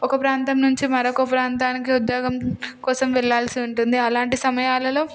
ఒక ప్రాంతం నుంచి మరొక ప్రాంతానికి ఉద్యోగం కోసం వెళ్ళాల్సి ఉంటుంది అలాంటి సమయాలలో